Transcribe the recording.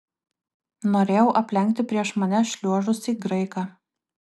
norėjau aplenkti prieš mane šliuožusį graiką